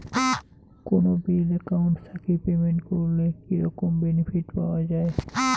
কোনো bill account থাকি payment করলে কি রকম বেনিফিট পাওয়া য়ায়?